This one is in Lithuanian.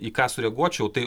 į ką sureaguočiau tai